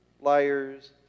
liars